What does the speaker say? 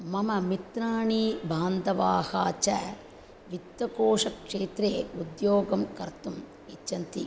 मम मित्राणि बान्धवाः च वित्तकोषक्षेत्रे उद्योगं कर्तुम् इच्छन्ति